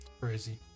Crazy